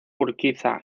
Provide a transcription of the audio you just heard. urquiza